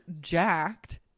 jacked